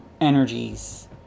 energies